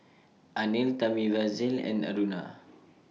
Anil Thamizhavel and Aruna